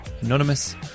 anonymous